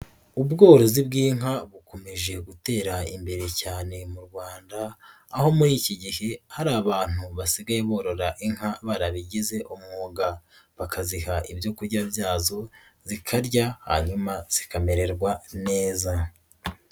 Ubworozi bw'inka bukomeje gutera imbere cyane mu Rwanda, aho muri iki gihe hari abantu basigaye borora inka barabigize umwuga, bakaziha ibyokurya byazo, zikarya, hanyuma zikamererwa neza.